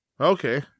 Okay